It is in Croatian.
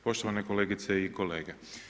Poštovane kolegice i kolege.